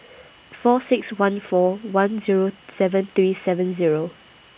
four six one four one Zero seven three seven Zero